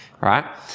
right